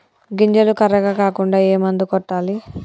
గింజలు కర్రెగ కాకుండా ఏ మందును కొట్టాలి?